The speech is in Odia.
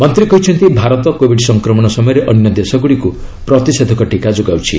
ମନ୍ତ୍ରୀ କହିଛନ୍ତି ଭାରତ କୋବିଡ୍ ସଂକ୍ରମଣ ସମୟରେ ଅନ୍ୟ ଦେଶଗୁଡ଼ିକୁ ପ୍ରତିଷେଧକ ଟିକା ଯୋଗାଉଛି